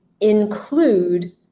include